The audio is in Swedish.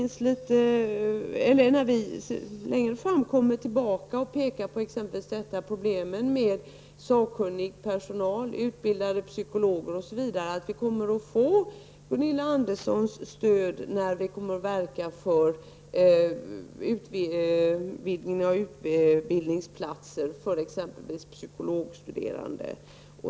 När vi längre fram kommer tillbaka och pekar på problemen med sakkunnig personal, utbildade psykologer osv., hoppas jag att vi kommer att få Gunilla Anderssons stöd -- exempelvis när vi kommer att verka för ökning av antalet utbildningsplatser för psykologstuderande.